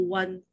one